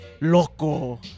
Loco